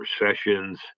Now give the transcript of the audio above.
recessions